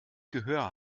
gehör